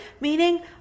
meaning